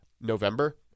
November